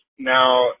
now